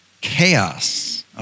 Chaos